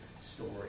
story